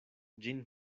ĝin